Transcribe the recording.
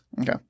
Okay